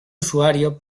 usuario